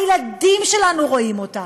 הילדים שלנו רואים אותה,